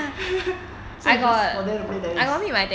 so it's just for them to play tennis